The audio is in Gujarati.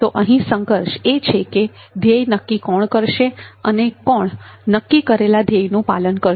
તો અહીં સંઘર્ષ એ છે કે ધ્યેય નક્કી કોણ કરશે અને કોણ નક્કી કરેલા ધ્યેયનું પાલન કરશે